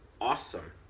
awesome